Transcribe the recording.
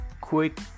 Quick